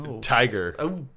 tiger